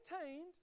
attained